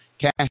cash